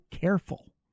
careful